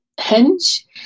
Hinge